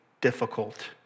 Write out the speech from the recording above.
difficult